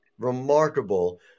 remarkable